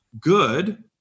good